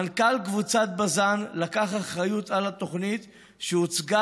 מנכ"ל קבוצת בז"ן לקח אחריות על התוכנית שהוצגה